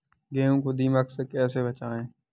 गेहूँ को दीमक से कैसे बचाएँ?